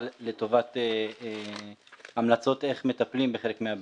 לטובת המלצות איך מטפלים בחלק מהבעיות.